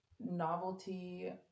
novelty